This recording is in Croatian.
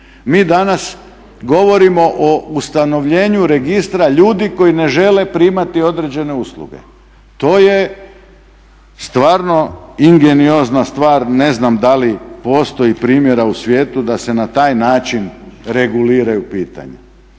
mi danas govorimo o ustanovljenju registra ljudi koji ne žele primati određene usluge. to je stvarno ingeniozna stvar, ne znam da li postoji primjera u svijetu da se na taj način reguliraju pitanja.